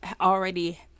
already